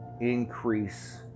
increase